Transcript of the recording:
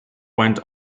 went